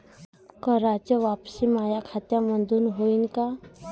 कराच वापसी माया खात्यामंधून होईन का?